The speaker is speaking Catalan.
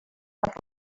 per